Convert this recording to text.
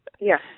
Yes